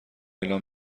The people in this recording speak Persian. اعلام